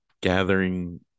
gathering